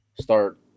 start